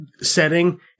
setting